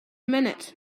minute